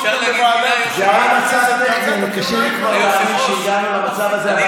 קשה לי כבר להאמין שהגענו למצב הזה,